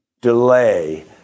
delay